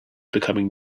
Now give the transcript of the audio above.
becoming